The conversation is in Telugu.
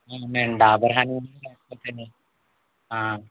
ఉన్నాయండి డాబర్ హనీ కాకపోతే